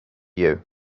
you